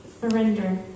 surrender